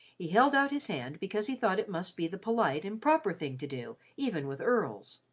he held out his hand because he thought it must be the polite and proper thing to do even with earls.